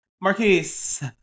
Marquise